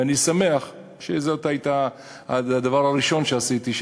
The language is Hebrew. ואני שמח שזה היה הדבר הראשון שעשיתי,